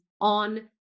on